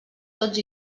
tots